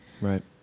Right